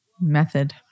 method